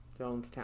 Jonestown